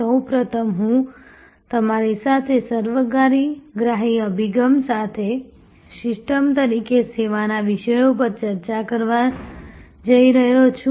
સૌ પ્રથમ હું તમારી સાથે સર્વગ્રાહી અભિગમ સાથે સિસ્ટમ્સ તરીકે સેવાઓના વિષય પર ચર્ચા કરવા જઈ રહ્યો છું